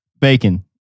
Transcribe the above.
bacon